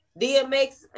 DMX